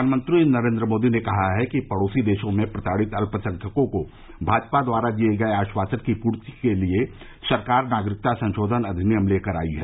प्रधानमंत्री नरेन्द्र मोदी ने कहा है कि पड़ोसी देशों में प्रताड़ित अल्पसंख्यकों को भाजपा द्वारा दिये गये आश्वासन की पूर्ति के लिए सरकार नागरिकता संशोधन अधिनियम लेकर आई है